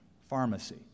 pharmacy